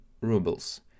rubles